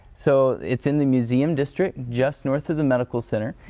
so it's in the museum district just north of the medical center.